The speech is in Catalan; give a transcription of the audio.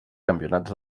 campionats